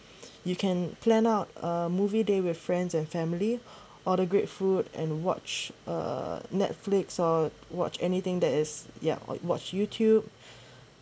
you can plan out a movie day with friends and family order great food and watch err Netflix or watch anything that is yeah or watch YouTube